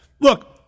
Look